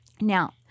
Now—